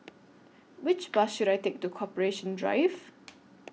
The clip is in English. Which Bus should I Take to Corporation Drive